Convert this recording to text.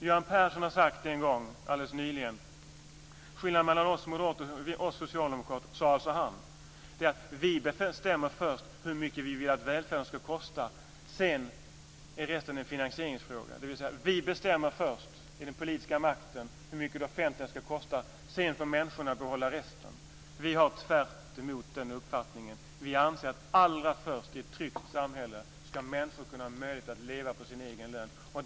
Göran Persson har alldeles nyligen sagt: Skillnaden mellan moderaterna och oss socialdemokrater är att vi bestämmer först hur mycket vi vill att välfärden ska kosta, och sedan är resten en finansieringsfråga, dvs. vi bestämmer först i den politiska makten hur mycket det offentliga ska kosta, och sedan får människorna behålla resten. Vår uppfattning går tvärtemot detta. Vi anser att allra först ska människor kunna leva på sin egen lön i ett tryggt samhälle.